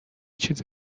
چیز